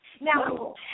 Now